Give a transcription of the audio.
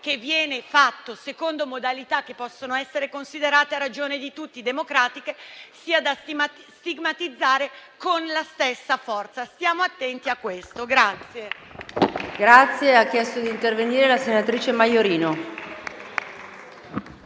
che viene fatto secondo modalità che possono essere considerate a ragione di tutti democratiche sia da stigmatizzare con la stessa forza. Stiamo attenti a questo.